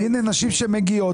הנה נשים שמגיעות.